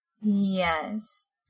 Yes